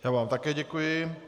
Já vám také děkuji.